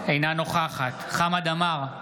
אינה נוכחת חמד עמאר,